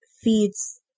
feeds